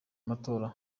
matora